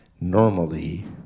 normally